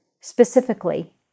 specifically